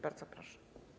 Bardzo proszę.